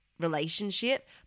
relationship